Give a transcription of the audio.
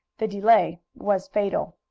the delay was fatal.